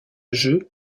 jeu